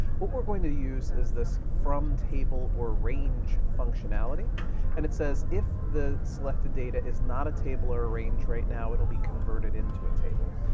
what we're going to use is this from table or range functionality and it says if the selected data is not a table or a range right now, it'll be converted into a table.